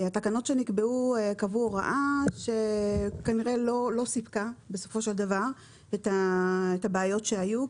התקנות שנקבעו קבעו הוראה שכנראה לא סיפקה בסופו של דבר את הבעיות שהיו,